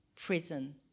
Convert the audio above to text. prison